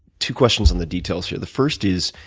two questions on the details here. the first is,